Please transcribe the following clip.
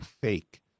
fake